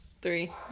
three